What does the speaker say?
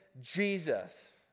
Jesus